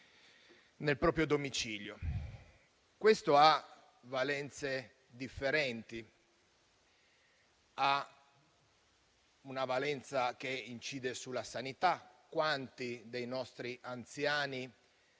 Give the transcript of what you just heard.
nel proprio domicilio. Questo ha valenze differenti. Innanzitutto, ha una valenza che incide sulla sanità: quanti dei nostri anziani